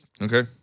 okay